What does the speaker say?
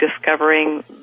discovering